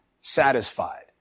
satisfied